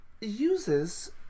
uses